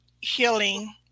healing